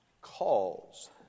calls